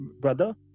brother